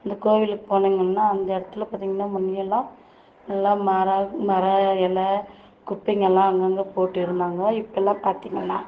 அந்த கோவிலுக்கு போனீங்கன்னால் அந்த இடத்துல பார்த்தீங்கன்னா முன்னயெல்லாம் நல்லா மர மர இல குப்பைங்கெல்லாம் அங்கங்கே போட்டு இருந்தாங்கள் இப்போல்லாம் பார்த்தீங்கள்னா